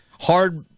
Hard